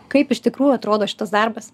kaip iš tikrųjų atrodo šitas darbas